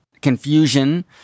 confusion